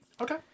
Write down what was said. Okay